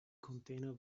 container